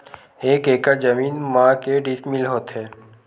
एक एकड़ जमीन मा के डिसमिल होथे?